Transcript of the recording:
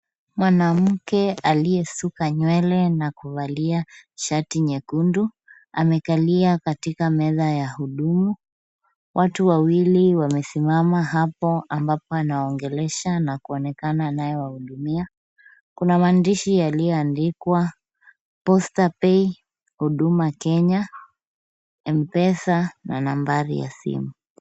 Mwanamke aliyesuka nywele na kuvalia shati nyekundu, amekalia katika meza ya hudumu. Watu wawili wamesimama hapo ambapo anawaongelesha na kuonekana anayewahudumia. Kuna maandishi yaliyoandikwa posta pay Huduma Kenya, M-Pesa na nambari ya simu.